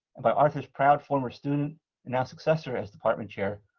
and by arthur's proud former student and now successor as department chair,